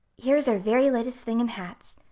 here is our very latest thing in hats,